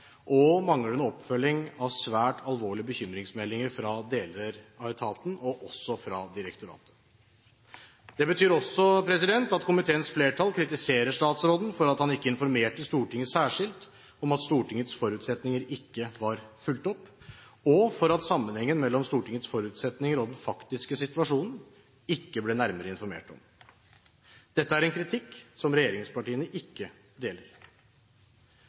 og manglende oppfølging av svært alvorlige bekymringsmeldinger fra deler av etaten, og også fra direktoratet. Det betyr også at komiteens flertall kritiserer statsråden for at han ikke informerte Stortinget særskilt om at Stortingets forutsetninger ikke var fulgt opp, og for at sammenhengen mellom Stortingets forutsetninger og den faktiske situasjonen ikke ble nærmere informert om. Dette er en kritikk som regjeringspartiene ikke deler.